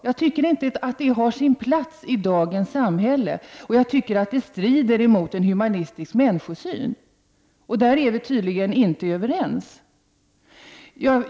Det har inte sin plats i dagens samhälle, och det strider mot en human människosyn. Där är vi tydligen inte överens.